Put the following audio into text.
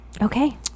Okay